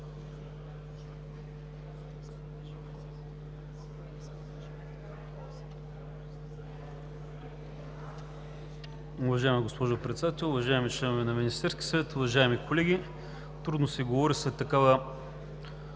Уважаема госпожо Председател, уважаеми членове на Министерския съвет, уважаеми колеги! Трудно се говори след такава